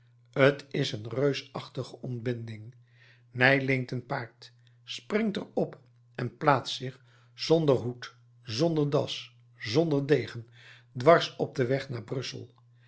t is een reusachtige ontbinding ney leent een paard springt er op en plaatst zich zonder hoed zonder das zonder degen dwars op den weg naar brussel